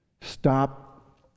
Stop